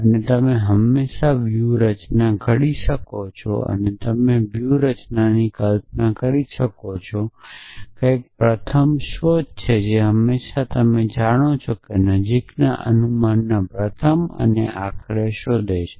અને તમે હંમેશાં વ્યૂહરચના ઘડી શકો છો અને તમે વ્યૂહરચનાની કલ્પના કરી શકો છો કંઇક પ્રથમ શોધ જે હંમેશાં તમે જાણો છો નજીકના અનુમાન પ્રથમ અને આખરે શોધે છે